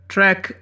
Track